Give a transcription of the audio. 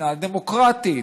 מדינה דמוקרטית.